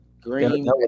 Green